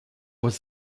was